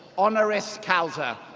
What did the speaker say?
honoris causa